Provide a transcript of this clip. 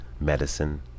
medicine